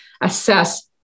assess